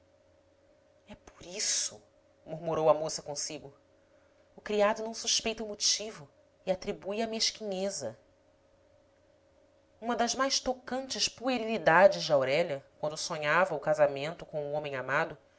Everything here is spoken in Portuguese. é por isso murmurou a moça consigo o criado não suspeita o motivo e atribui à mesquinheza uma das mais tocantes puerilidades de aurélia quando sonhava o casamento com o homem amado